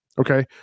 Okay